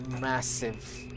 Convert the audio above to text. massive